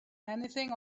anything